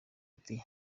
ati